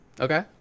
Okay